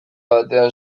batean